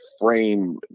frame